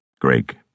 Greg